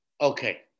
Okay